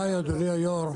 אדוני היו"ר,